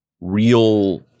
real